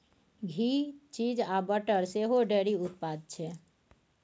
घी, cheese आ butter सेहो dairy उत्पाद छै